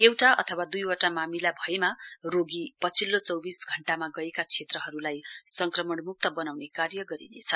एउटा अथवा दुइवटा मामिला भएमा रोगी पछिल्लो चौविस घण्टामा गएका क्षेत्रहरूलाई संक्रमणम्क्त बनाउने कार्य गरिनेछ